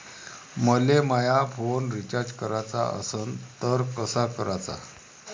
मले माया phone recharge कराचा असन तर कसा कराचा?